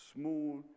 small